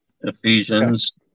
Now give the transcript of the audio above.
Ephesians